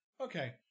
Okay